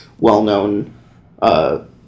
well-known